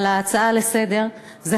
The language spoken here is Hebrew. על ההצעה לסדר-היום,